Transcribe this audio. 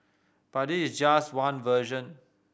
but this is just one version